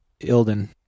Ilden